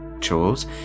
chores